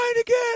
again